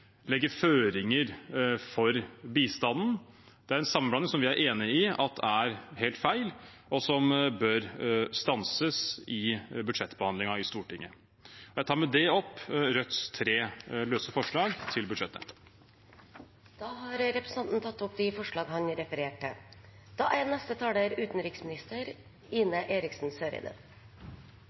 legge føringer for bistanden. Det er en sammenblanding som vi er enig i at er helt feil, og som bør stanses i budsjettbehandlingen i Stortinget. Jeg tar med det opp Rødts tre løse forslag til budsjettet. Representanten Bjørnar Moxnes har tatt opp de forslagene han refererte til.